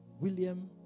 William